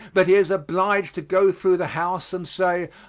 but he is obliged to go through the house and say,